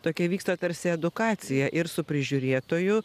tokia vyksta tarsi edukacija ir su prižiūrėtoju